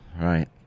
right